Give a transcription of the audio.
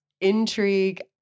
intrigue